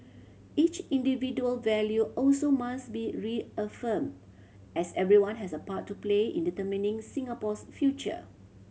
each individual value also must be reaffirmed as everyone has a part to play in determining Singapore's future